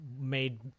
made